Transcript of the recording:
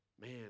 man